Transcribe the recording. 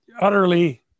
Utterly